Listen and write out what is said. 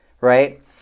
right